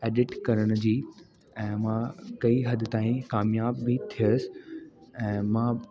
edit करण जी ऐं मां कई हदि ताईं कामियाब बि थियुसि ऐं मां